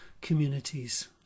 communities